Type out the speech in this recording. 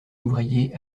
ouvriers